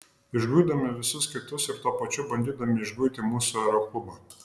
išguidami visus kitus ir tuo pačiu bandydami išguiti mūsų aeroklubą